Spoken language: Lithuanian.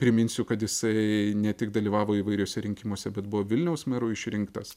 priminsiu kad jisai ne tik dalyvavo įvairiuose rinkimuose bet buvo vilniaus meru išrinktas